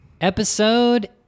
episode